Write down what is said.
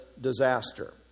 disaster